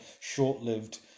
short-lived